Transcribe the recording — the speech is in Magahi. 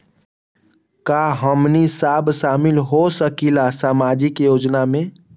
का हमनी साब शामिल होसकीला सामाजिक योजना मे?